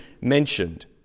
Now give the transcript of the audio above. mentioned